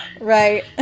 Right